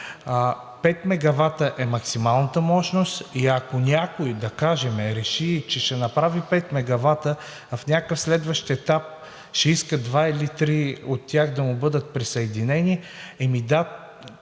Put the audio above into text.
е максималната мощност и ако някой, да кажем, реши, че ще направи 5 мегавата, в някакъв следващ етап ще иска два или три от тях да му бъдат присъединени.